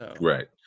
Right